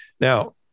Now